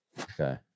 Okay